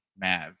Mav